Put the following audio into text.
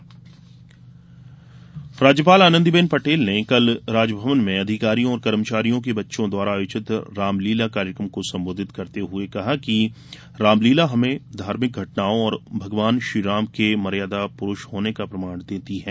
राज्यपाल राज्यपाल अनंदीबेन ने कल राजभवन के अधिकारियों और कर्मचारियों के बच्चों द्वारा आयोजित रामलीला कार्यक्रम को संबोधित करते हुए कहा कि रामलीला हमें धार्मिक घटनाओं और भगवान श्रीराम के मर्यादापुरूष होने का प्रमाण देती हैं